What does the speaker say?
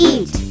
Eat